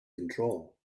control